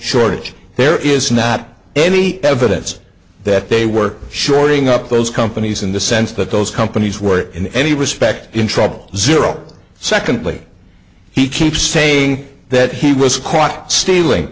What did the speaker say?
shortage there is not any evidence that they were shoring up those companies in the sense that those companies were in any respect in trouble zero secondly he keeps saying that he was caught stealing